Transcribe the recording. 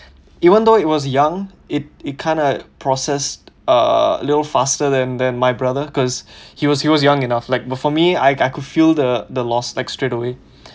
even though it was young it it kinda process uh little faster than than my brother cause he was he was young enough like but for me I I could feel the the loss like straight away